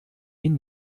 ihn